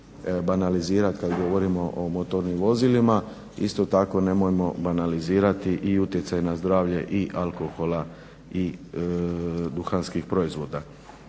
banalizirati kada govorimo o motornim vozilima, isto tako nemojmo banalizirati i utjecaj na zdravlje i alkohola i duhanskih proizvoda.